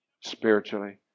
Spiritually